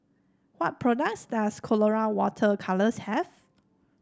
what products does Colora Water Colours have